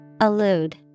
Allude